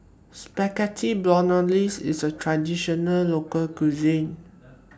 Spaghetti Bolognese IS A Traditional Local Cuisine